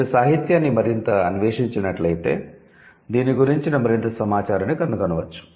మీరు సాహిత్యాన్ని మరింత అన్వేషించినట్లయితే దీని గురించిన మరింత సమాచారాన్ని కనుగొనవచ్చు